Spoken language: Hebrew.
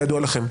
כידוע לכם.